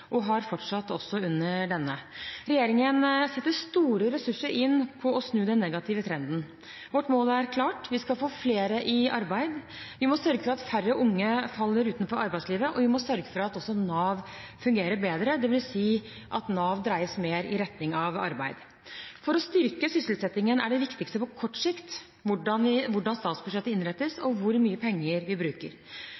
og har fortsatt under denne. Regjeringen setter store ressurser inn på å snu den negative trenden. Vårt mål er klart: Vi skal få flere i arbeid, vi må sørge for at færre unge faller utenfor arbeidslivet, og vi må også sørge for at Nav fungerer bedre, dvs. at Nav dreies mer i retning av arbeid. For å styrke sysselsettingen er det viktigste på kort sikt hvordan statsbudsjettet innrettes, og hvor mye penger vi